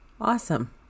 Awesome